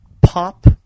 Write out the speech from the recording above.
pop